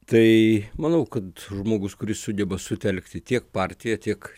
tai manau kad žmogus kuris sugeba sutelkti tiek partiją tiek